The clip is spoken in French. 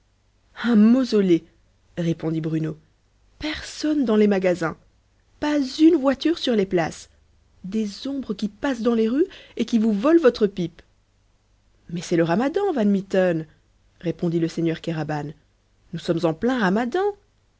un mausolée répondit bruno personne dans les magasins pas une voiture sur les places des ombres qui passent dans les rues et qui vous volent votre pipe mais c'est le ramadan van mitten répondit le seigneur kéraban nous sommes en plein ramadan